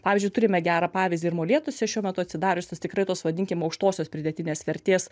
pavyzdžiui turime gerą pavyzdį ir molėtuose šiuo metu atsidariusios tikrai tos vadinkim aukštosios pridėtinės vertės